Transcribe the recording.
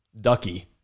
Ducky